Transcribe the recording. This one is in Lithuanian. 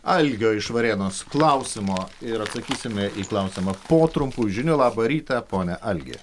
algio iš varėnos klausimo ir atsakysime į klausimą po trumpų žinių labą rytą pone algi